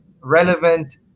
relevant